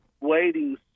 waiting